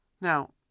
Now